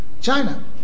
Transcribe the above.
China